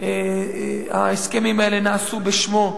שההסכמים האלה נעשו בשמו.